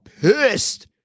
pissed